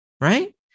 Right